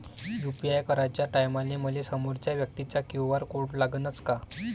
UPI कराच्या टायमाले मले समोरच्या व्यक्तीचा क्यू.आर कोड लागनच का?